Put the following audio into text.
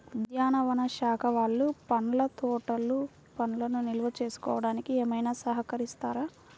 ఉద్యానవన శాఖ వాళ్ళు పండ్ల తోటలు పండ్లను నిల్వ చేసుకోవడానికి ఏమైనా సహకరిస్తారా?